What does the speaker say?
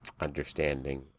understanding